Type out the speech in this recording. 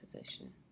position